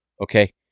okay